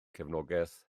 cefnogaeth